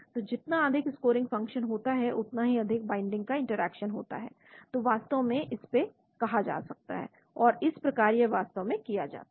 तो जितना अधिक स्कोरिंग फ़ंक्शन होता है उतना ही अधिक बाइंडिंग का इंटरैक्शन होगा तो वास्तव में इस ये कहा जाता है तो इस प्रकार यह वास्तव में किया जाता है